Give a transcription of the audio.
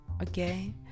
okay